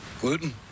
Gluten